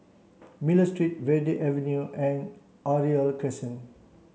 Miller Street Verde Avenue and Oriole Crescent